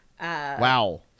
Wow